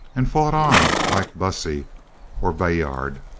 and fought on like bussy or bayard.